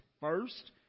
First